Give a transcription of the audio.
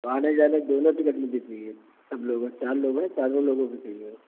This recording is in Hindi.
आने जाने दोनों टिकट मुझे चाहिए सब लोग चार लोग हैं चारों लोगों की चाहिए